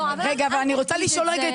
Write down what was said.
לא, אל תגיד תתיישרי.